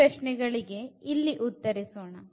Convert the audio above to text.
ಈ ಪ್ರಶ್ನೆ ಗಳಿಗೆ ಇಲ್ಲಿ ಉತ್ತರಿಸೋಣ